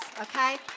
okay